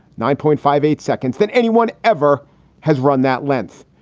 nine point five, eight seconds than anyone ever has run that length.